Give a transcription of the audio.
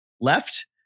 left